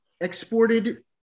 exported